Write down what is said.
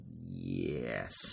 Yes